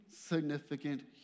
significant